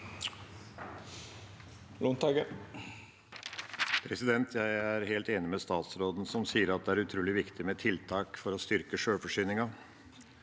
(Sp) Jeg er helt enig med statsråden, som sier at det er utrolig viktig med tiltak for å styrke sjølforsyninga.